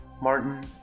Martin